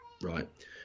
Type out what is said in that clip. right